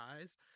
eyes